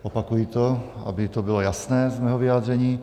Opakuji to, aby to bylo jasné z mého vyjádření.